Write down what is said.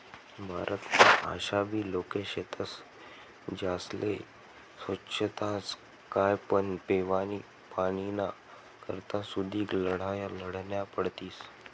भारतमा आशाबी लोके शेतस ज्यास्ले सोच्छताच काय पण पेवानी पाणीना करता सुदीक लढाया लढन्या पडतीस